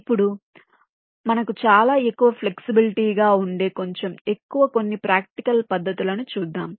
ఇప్పుడు మనకు చాలా ఎక్కువ ఫ్లెక్సిబిలిటీ గా వుండే కొంచెం ఎక్కువ కొన్ని ప్రాక్టికల్ పద్ధతులను చూద్దాం